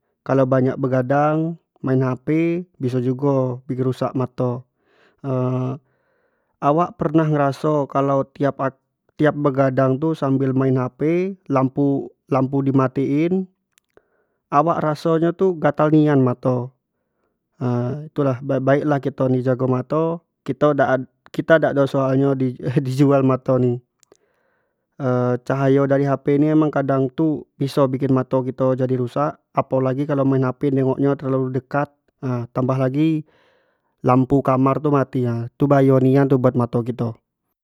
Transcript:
Kalau banyak begadang main hp biso jugo bikin rusak mato awak pernah ngeraso kalua tiap pake tiap begadang tu sambal main hp lampu di matiin awak raso nyo tu gatal nian mato itu lah baek-baek gitu lah kito jago mato kito dak kita dak ado soal nyo di jual mato ni cahayo dari hp ni kadang tu biso bikin mato kito jadi rusak apo lagi kalau lagi main hp tingok nyo terlalu dekat tambah lagi lampu kamr tu mati, tu bahayo nian tu buat mato kito.